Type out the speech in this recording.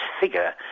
figure